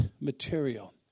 material